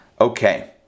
Okay